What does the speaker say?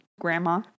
grandma